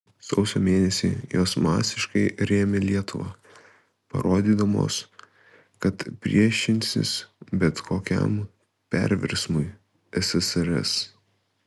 sausio mėnesį jos masiškai rėmė lietuvą parodydamos kad priešinsis bet kokiam perversmui ssrs